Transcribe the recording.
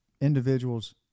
individuals